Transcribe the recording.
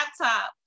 laptop